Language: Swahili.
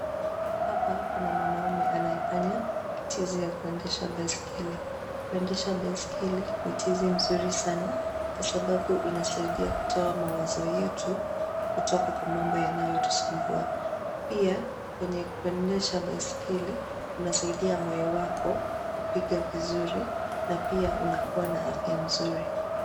Hapa kuna mwanaume anayefanya tizi ya kuendesha baiskeli. Kuendesha baiskeli, ni tizi mzuri sana kwa sababu inasaidia kutoa mawazo yetu kutoka kwa mambo yanayotusumbua. Pia kwenye kuendesha baiskeli unasaidia moyo wako kupiga vizuri, na pia unakua na afya mzuri.